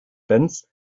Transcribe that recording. benz